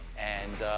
and,